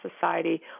Society